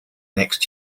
next